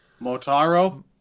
Motaro